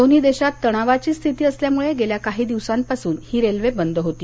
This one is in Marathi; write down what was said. दोन्ही देशात तणावाची स्थिती असल्यामुळे गेल्या काही दिवसापासून ही रेल्वे बंद होती